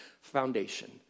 foundation